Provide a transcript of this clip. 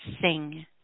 sing